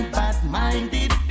bad-minded